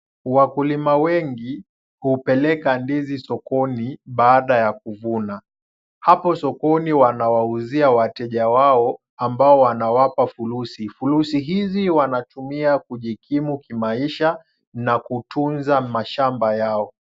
Wakulima wengi hupeleka ndizi sokoni baada ya kuvuna. Hapo sokoni wanawauzia wateja wao ambao wanawapa fulusi, fulusi hizi wanatumia kujikimu kimaisha na kutunza mashamba yao.